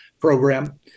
program